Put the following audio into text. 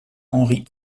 henri